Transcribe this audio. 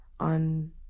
On